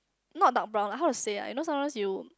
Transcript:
not dark brown lah how to say lah you know sometimes you